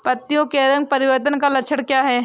पत्तियों के रंग परिवर्तन का लक्षण क्या है?